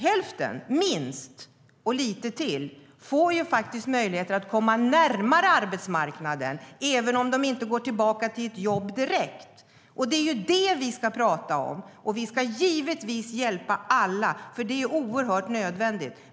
Hälften och lite till får möjlighet att komma närmare arbetsmarknaden, även om de inte går tillbaka till ett jobb direkt. Det är det vi ska prata om, och vi ska givetvis hjälpa alla, för det är nödvändigt.